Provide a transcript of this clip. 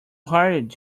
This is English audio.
hired